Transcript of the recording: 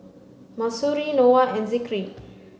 Mahsuri Noah and Zikri